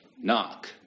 Knock